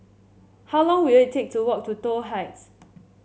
how long will it take to walk to Toh Heights